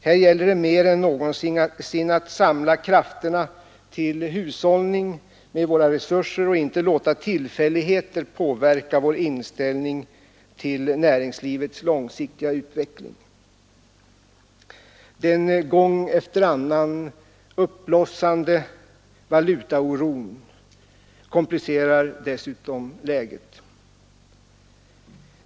Här gäller det mer än någonsin att samla krafterna till hushållning med våra resurser och inte låta tillfälligheter påverka vår inställning till näringslivets långsiktiga utveckling. Den gång efter annan uppblossande valutaoron komplicerar dessutom läget.